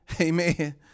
Amen